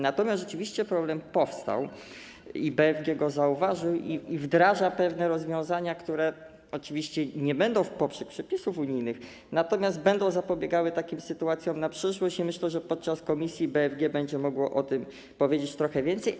Natomiast rzeczywiście problem powstał i BFG go zauważył i wdraża pewne rozwiązania, które oczywiście nie będą w poprzek przepisów unijnych, natomiast będą zapobiegały takim sytuacjom na przyszłość i myślę, że podczas komisji BFG będzie mogło o tym powiedzieć trochę więcej.